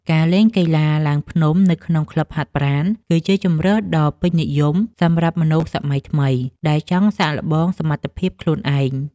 ការលេងកីឡាឡើងភ្នំនៅក្នុងក្លឹបហាត់ប្រាណ គឺជាជម្រើសដ៏ពេញនិយមសម្រាប់មនុស្សសម័យថ្មី ដែលចង់សាកល្បងសមត្ថភាពខ្លួនឯង។